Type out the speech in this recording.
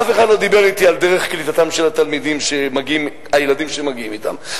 אף אחד לא דיבר אתי על דרך קליטתם של הילדים שמגיעים אתם,